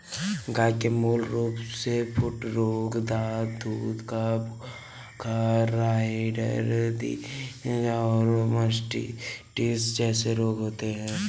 गय के मूल रूपसे फूटरोट, दाद, दूध का बुखार, राईडर कीट और मास्टिटिस जेसे रोग होते हें